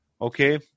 okay